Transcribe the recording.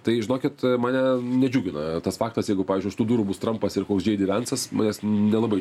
tai žinokit mane nedžiugina tas faktas jeigu pavyzdžiui už tų durų bus trampas ir koks džei dy vensas manęs nelabai